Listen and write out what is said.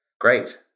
Great